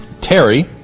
Terry